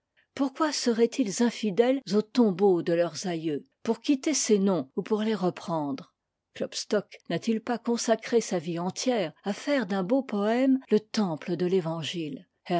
pourquoi seraient-ils infidèles aux tombeaux de leurs aïeux pour quitter ces noms ou pour les reprendre klopstock n'a-t-il pas consacré sa vie entière à faire d'un beau poëme le temple de l'évangile